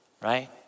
right